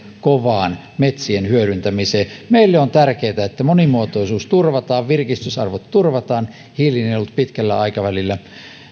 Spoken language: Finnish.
kovaan metsien hyödyntämiseen meille on tärkeää että monimuotoisuus turvataan virkistysarvot turvataan hiilinielut pitkällä aikavälillä